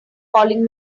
calling